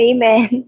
Amen